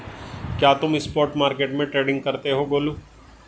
क्या तुम spot market में ट्रेडिंग करते हो गोलू?